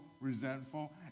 resentful